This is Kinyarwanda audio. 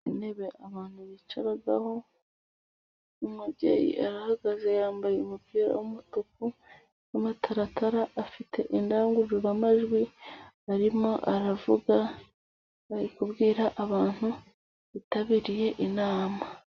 Intebe abantu bicaraho, umubyeyi arahagaze yambaye umupira w'umutuku n'amataratara afite indangururamajwi, arimo aravuga bari kubwira abantu bitabiriye inama.